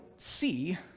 see